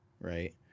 Right